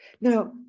Now